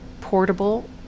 portable